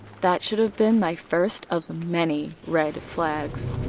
that should have been my first of many red flags.